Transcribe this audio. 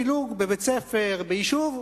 וכשיש פילוג בבית-ספר או ביישוב,